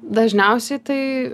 dažniausiai tai